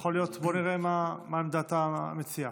בוא נראה מה עמדת המציעה.